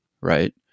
right